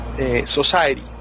society